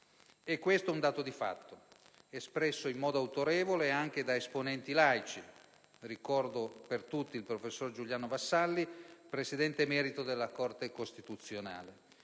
È questo un dato di fatto, espresso in modo autorevole anche da esponenti laici (ricordo per tutti il professor Giuliano Vassalli, presidente emerito della Corte costituzionale),